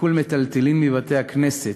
עיקול מיטלטלין מבתי-הכנסת,